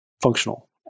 functional